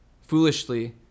Foolishly